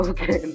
Okay